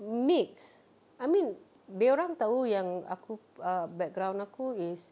mixed I mean dorang tahu yang aku uh background aku is